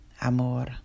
amor